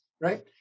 right